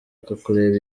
kureba